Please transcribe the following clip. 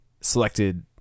selected